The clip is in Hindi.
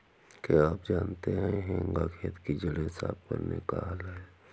क्या आप जानते है हेंगा खेत की जड़ें साफ़ करने का हल है?